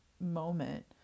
moment